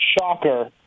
Shocker